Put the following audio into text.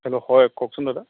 hello হয় কওকচোন দাদা